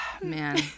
Man